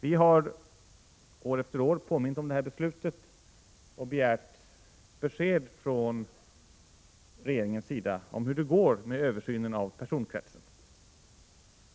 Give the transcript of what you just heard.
Vi har år efter år påmint om detta beslut och begärt besked från regeringens sida om hur det går med översynen av personkretsen.